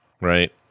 Right